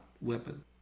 weapon